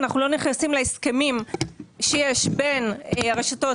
אנחנו לא נכנסים להסכמים שיש בין הרשתות